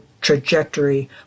trajectory